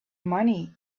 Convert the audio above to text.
money